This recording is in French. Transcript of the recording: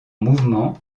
mouvement